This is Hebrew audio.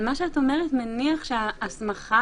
מטעם המדינה וצווי סגירה מנהליים) (הוראת שעה).